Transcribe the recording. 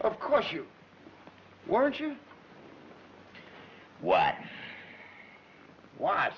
of course you weren't sure what w